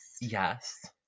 Yes